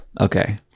Okay